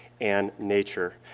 and nature,